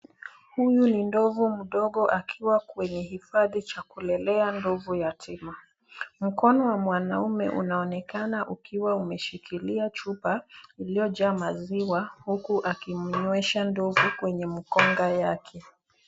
Huyu ni ndovu mdogo akiwa kwenye hifadhi cha kulelea ndovu yatima. Mkono wa mwanaume unaonekana ukiwa umeshikilia chupa iliyojaa maziwa huku akimnywesha ndovu kwenye mkonga yake.